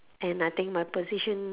and I think my position